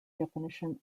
definition